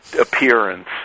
appearance